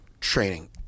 training